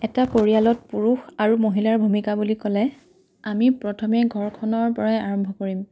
এটা পৰিয়ালত পুৰুষ আৰু মহিলাৰ ভূমিকা বুলি ক'লে আমি প্ৰথমে ঘৰখনৰ পৰাই আৰম্ভ কৰিম